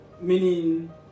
meaning